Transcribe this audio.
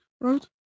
right